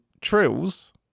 trills